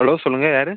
hello சொல்லுங்கள் யார்